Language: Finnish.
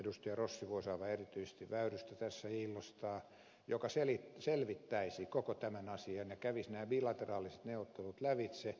rossi voisi aivan erityisesti ministeri väyrystä tässä hiillostaa joka selvittäisi koko tämän asian ja kävisi nämä bilateraaliset neuvottelut lävitse